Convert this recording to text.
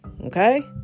okay